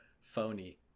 Phony